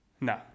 No